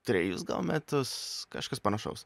trejus gal metus kažkas panašaus